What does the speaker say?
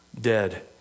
dead